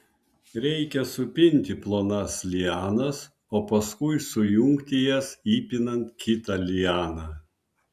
reikia supinti plonas lianas o paskui sujungti jas įpinant kitą lianą